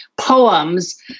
poems